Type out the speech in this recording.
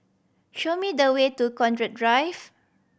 show me the way to Connaught Drive